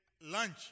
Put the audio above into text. Lunch